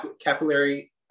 capillary